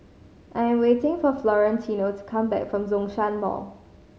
I am waiting for Florentino to come back from Zhongshan Mall